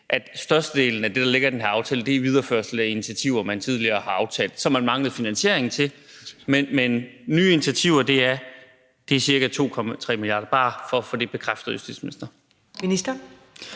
at størstedelen af det, der ligger i den her aftale, er en videreførelse af initiativer, man tidligere har aftalt, men som man manglede finansiering til. Nye initiativer er ca. 2,3 mia. kr. Det er bare for at få det bekræftet, justitsminister.